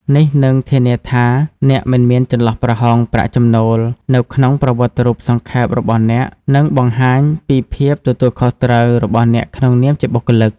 នេះនឹង ធានាថាអ្នកមិនមានចន្លោះប្រហោងប្រាក់ចំណូល នៅក្នុងប្រវត្តិរូបសង្ខេបរបស់អ្នក និងបង្ហាញពី ភាពទទួលខុសត្រូវ របស់អ្នកក្នុងនាមជាបុគ្គលិក។